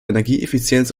energieeffizienz